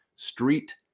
Street